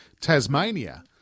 Tasmania